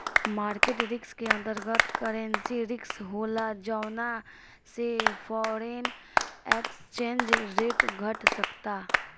market risk के अंतर्गत, currency risk होला जौना से फॉरेन एक्सचेंज रेट घट सकता